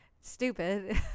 Stupid